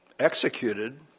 executed